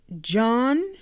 John